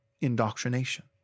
indoctrination